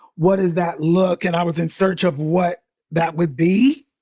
what is that look? and i was in search of what that would be,